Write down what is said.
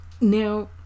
Now